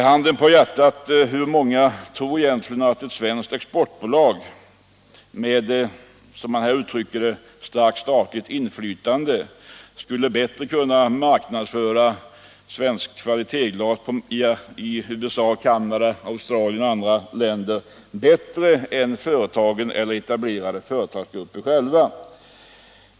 Handen på hjärtat: Hur många tror egentligen att ett svenskt export 2” manuella glasindustrin 92” bolag med, som man här uttrycker det, starkt statligt inflytande skulle kunna marknadsföra svenskt kvalitetsglas i USA, Canada, Australien och andra länder bättre än företagen eller etablerade företagsgrupper själva?